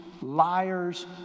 liars